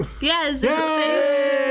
Yes